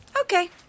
okay